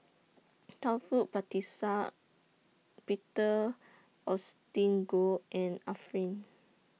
Taufik Batisah Peter Augustine Goh and Arifin